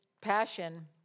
Passion